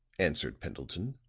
answered pendleton.